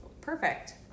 Perfect